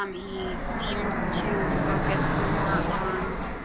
um he seems to focus more on